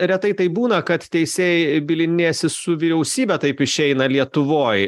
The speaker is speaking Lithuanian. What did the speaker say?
retai taip būna kad teisėjai bylinėsis su vyriausybe taip išeina lietuvoj